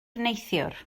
neithiwr